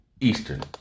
Eastern